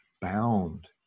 bound